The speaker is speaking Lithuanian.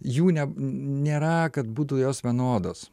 jų net ne nėra kad būtų jos vienodos